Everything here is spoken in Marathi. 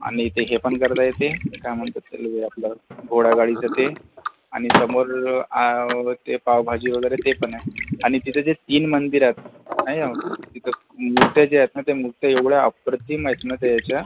आणि ते हे पण करता येते काय म्हणतात ते आपले घोडागाडीचं ते आणि समोर ते पावभाजी वगैरे ते पण आहे आणि तिथे जे तीन मंदिरं आहेत तिथं मुर्त्या ज्या आहेत ना त्या मुर्त्या एवढ्या अप्रतिम आहेत ना त्या याच्या